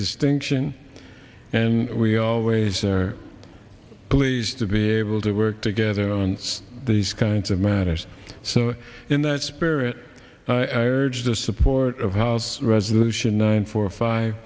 distinction and we always are pleased to be able to work together on these kinds of matters so in that spirit i urge the support of house resolution nine four five